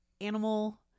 animal